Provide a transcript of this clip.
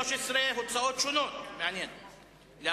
סעיף 13, הוצאות שונות, ל-2009.